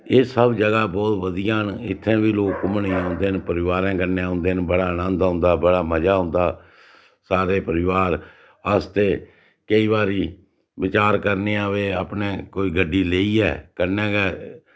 एह् सब जगह् बोह्त बधिया न इत्थें बी लोक घूमने गी औंदे न परिवारे कन्नै औंदे न बड़ा आनंद औंदा बड़ा मज़ा औंदा सारे परिवार आस्तै केईं बारी बचार करने आं भई अपने कोई गड्डी लेइयै कन्नै गै